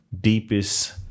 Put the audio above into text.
deepest